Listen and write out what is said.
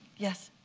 yes?